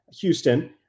Houston